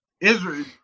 Israel